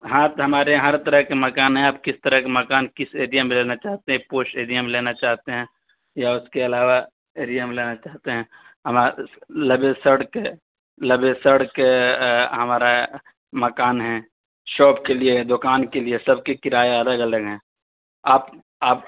ہاں تو ہمارے یہاں ہر طرح کے مکان ہیں آپ کس طرح کے مکان کس ایریا میں لینا چاہتے ہیں پوش ایریا میں لینا چاہتے ہیں یا اس کے علاوہ ایریا میں لینا چاہتے ہیں ہمارے لبِ سڑک ہے لبِ سڑک ہے ہمارا مکان ہے شاپ کے لیے دوکان کے لیے سب کے کرایے الگ الگ ہیں آپ آپ